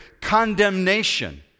condemnation